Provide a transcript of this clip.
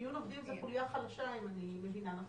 מיון עובדים זו חוליה חלושה אם אני מבינה נכון.